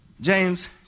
James